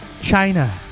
China